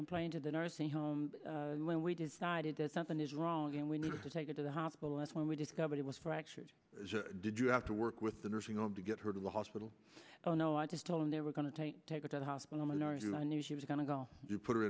complained to the nursing home when we decided that something is wrong and we need to take it to the hospital that's when we discovered it was fractured did you have to work with the nursing home to get her to the hospital oh no i just tell them they were going to take take it to the hospital minority and i knew she was going to go you put her